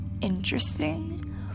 interesting